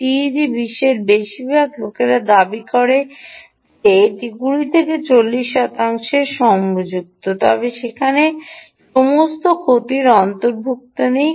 টিইজি বিশ্বের বেশিরভাগ লোকেরা দাবি করেন যে এটি 20 থেকে 40 শতাংশের ক্রমযুক্ত তবে সেখানে সমস্ত ক্ষতির অন্তর্ভুক্ত নেই